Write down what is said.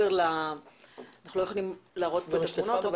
אנחנו ל א יכולים להראות פה תמונות,